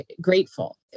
grateful